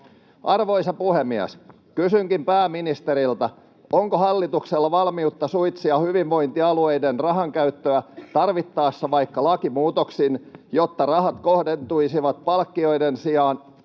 Arvoisa puhemies! Kysynkin pääministeriltä: onko hallituksella valmiutta suitsia hyvinvointialueiden rahankäyttöä tarvittaessa vaikka lakimuutoksin, jotta rahat kohdentuisivat palkkioiden sijaan